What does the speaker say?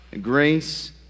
grace